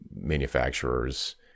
manufacturers